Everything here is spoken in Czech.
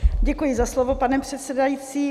Děkuji za slovo, pane předsedající.